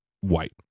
white